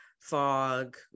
fog